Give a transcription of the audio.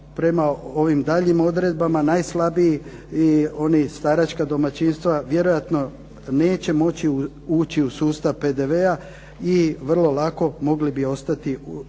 prema ovim daljnjim odredbama najslabiji i oni staračka domaćinstva vjerojatno neće moći u sustav PDV-a i vrlo lako mogli bi ostati bez